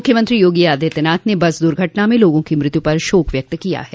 मुख्यमंत्री योगी आदित्यनाथ ने बस दुर्घटना में लोगों की मृत्यु पर शोक व्यक्त किया है